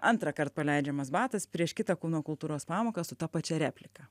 antrąkart paleidžiamas batas prieš kitą kūno kultūros pamoką su ta pačia replika